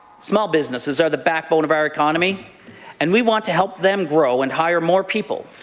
small businesses are the backbone of our economy and we want to help them grow and hire more people.